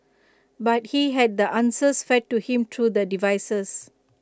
but he had the answers fed to him through the devices